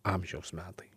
amžiaus metai